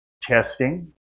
testing